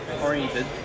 Oriented